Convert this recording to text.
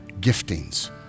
giftings